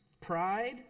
pride